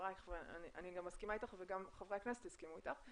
בדבריך ואני גם מסכימה אתם וגם חברי הכנסת הסכימו אתך.